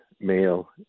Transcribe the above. male